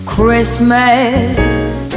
Christmas